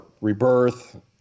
rebirth